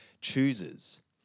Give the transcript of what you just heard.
chooses